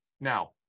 now